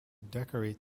decorate